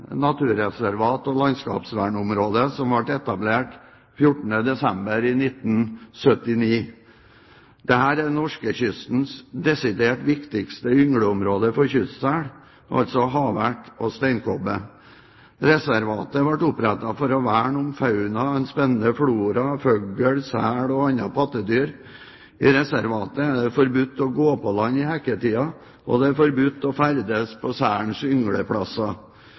naturreservat og landskapsvernområde som ble etablert den 14. desember 1979. Dette er norskekystens desidert viktigste yngleområde for kystsel, altså havert og steinkobbe. Reservatet ble opprettet for å verne om en fauna, en spennende flora, fugl, sel og andre pattedyr. I reservatet er det forbudt å gå i land i hekketiden, og det er forbudt å ferdes på selens yngleplasser.